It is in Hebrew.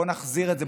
בואו נחזיר את זה,